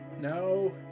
No